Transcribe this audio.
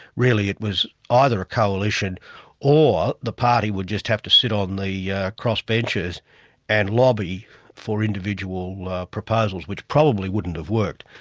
really it was ah either a coalition or the party would just have to sit on the yeah cross benches and lobby for individual proposals which probably wouldn't have worked.